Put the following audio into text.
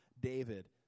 David